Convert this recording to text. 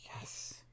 yes